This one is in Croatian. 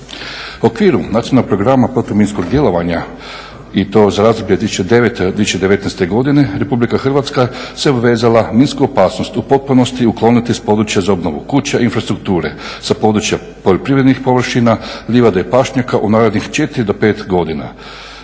U okviru nacionalnog programa protuminskog djelovanja i to za razdoblje od 2009. do 2019. godine RH se obvezala minsku opasnost u potpunosti ukloniti s područja za obnovu kuća, infrastrukture, sa područja poljoprivrednih površina, livada i pašnjaka u narednih 4 do 5 godina.